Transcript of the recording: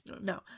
no